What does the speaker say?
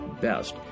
best